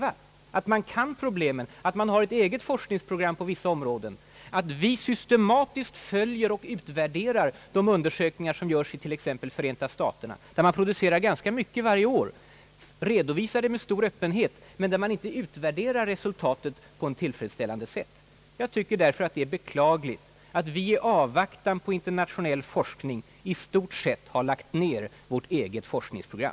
Vi bör då söka behärska problemen, ha ett eget forskningsprogram på dessa områden så att vi systematiskt följer och utvärderar de undersökningar, som görs i t.ex. Förenta staterna. Där har man producerat ganska mycket varje år och det har redovisats med stor öppenhet. Men resultaten är inte utvärderade på ett tillfredsställande sätt. Jag tycker att det är beklagligt att vi i avvaktan på internationell forskning i stort sett har lagt ner vårt eget forskningsprogram.